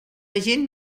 gent